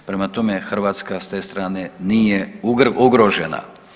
Prema tome, Hrvatska s te strane nije ugrožena.